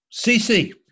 CC